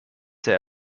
sehr